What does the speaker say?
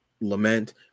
lament